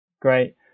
Great